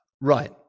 Right